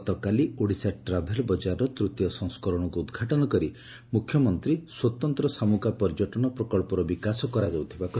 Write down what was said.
ଗତକାଲି ଓଡ଼ିଶା ଟ୍ରାଭେଲ୍ ବଜାରର ତୂତୀୟ ସଂସ୍କରଶକୁ ଉଦ୍ଘାଟନ କରି ମୁଖ୍ୟମନ୍ତୀ ସ୍ୱତନ୍ତ ଶାମୁକା ପର୍ଯ୍ୟଟନ ପ୍ରକନ୍ତର ବିକାଶ କରାଯାଉଥିବା କହିଛନ୍ତି